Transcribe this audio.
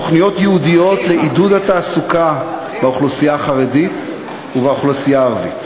תוכניות ייעודיות לעידוד התעסוקה באוכלוסייה החרדית ובאוכלוסייה הערבית.